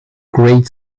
great